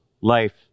life